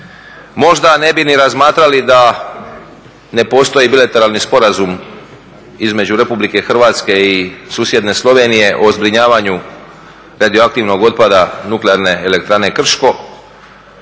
Možda ne bi ni razmatrali da ne postoji bilateralni sporazum između RH i susjedne Slovenije o zbrinjavanju radioaktivnog otpada Nuklearne elektrane Krško,